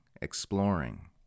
exploring